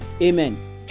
Amen